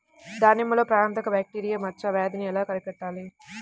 దానిమ్మలో ప్రాణాంతక బ్యాక్టీరియా మచ్చ వ్యాధినీ ఎలా అరికట్టాలి?